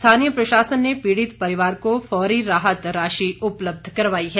स्थानीय प्रशासन ने पीड़ित परिवार को फौरी राहत राशि उपलब्ध करवाई है